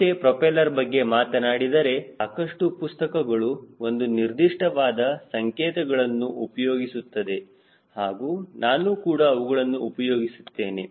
ಮತ್ತೆ ಪ್ರೊಪೆಲ್ಲರ್ ಬಗ್ಗೆ ಮಾತನಾಡಿದರೆ ಸಾಕಷ್ಟು ಪುಸ್ತಕಗಳು ಒಂದು ನಿರ್ದಿಷ್ಟವಾದ ಸಂಕೇತಗಳನ್ನು ಉಪಯೋಗಿಸುತ್ತದೆ ಹಾಗೂ ನಾನು ಕೂಡ ಅವುಗಳನ್ನು ಉಪಯೋಗಿಸುತ್ತೇನೆ